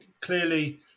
Clearly